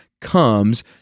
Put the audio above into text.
comes